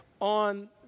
on